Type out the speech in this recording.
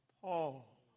Paul